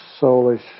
soulish